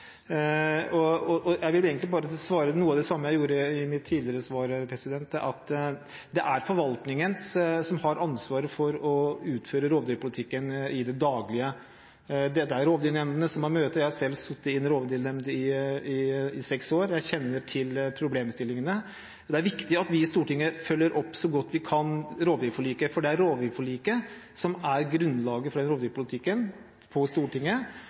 følger den opp. Jeg vil egentlig bare si noe av det samme som jeg gjorde i mitt tidligere svar, at det er forvaltningen som har ansvaret for å utføre rovdyrpolitikken i det daglige. Det er rovdyrnemndene som har møtene. Jeg har sittet i en rovdyrnemnd i seks år – jeg kjenner til problemstillingene. Det er viktig at vi i Stortinget følger opp rovdyrforliket så godt vi kan. Det er rovdyrforliket som er grunnlaget for rovdyrpolitikken på Stortinget